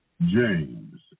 James